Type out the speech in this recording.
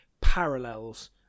parallels